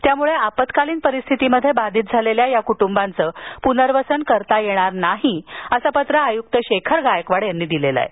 त्यामुळे आपतकालीन परिस्थतीमध्ये बाधित झालेल्या कुटूंबाचे पुर्नवसन करता येणार नाही असं पत्र आयुक्त शेखर गायकवाड यांनी दिलं आहे